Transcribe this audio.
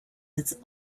its